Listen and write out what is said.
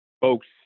folks